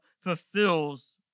fulfills